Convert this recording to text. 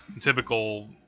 typical